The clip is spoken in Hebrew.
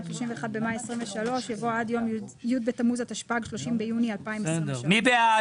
(31 במאי 2023)" יבוא "עד יום י' בתפוז התשפ"ד (30 ביוני 2023)". מי בעד?